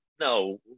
no